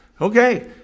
Okay